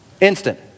Instant